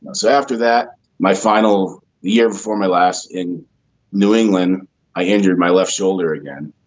so after that my final year before my last in new england i injured my left shoulder again